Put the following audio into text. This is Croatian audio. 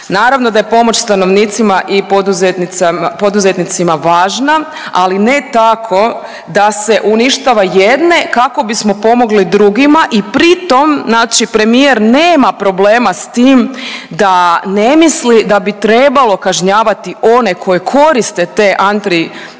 Naravno da je pomoć stanovnicima i poduzetnicima važna, ali ne tako da se uništava jedne kako bismo pomogli drugima i pritom znači premijer nema problema s tim da ne misli da bi trebalo kažnjavati one koji koriste te antiinflacijske